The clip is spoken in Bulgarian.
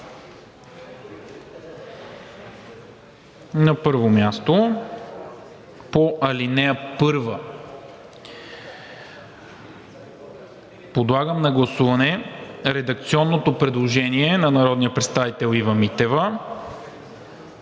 На първо място по ал. 1. Подлагам на гласуване редакционното предложение на народния